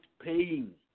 paying